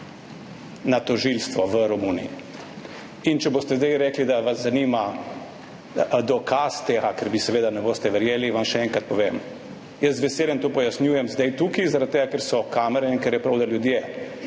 na tožilstvo v Romuniji in če boste zdaj rekli, da vas zanima dokaz tega, ker mi seveda ne boste verjeli, vam še enkrat povem. Jaz z veseljem to pojasnjujem zdaj tukaj, zaradi tega, ker so kamere in ker je prav, da ljudje